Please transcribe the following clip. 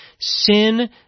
sin